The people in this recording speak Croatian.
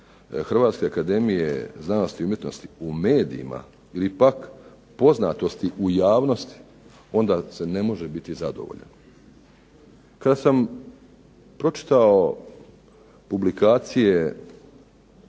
Hrvatske akademije znanosti i umjetnosti u medijima ili pak poznatosti u javnosti onda se ne može biti zadovoljan. Kad sam pročitao publikacije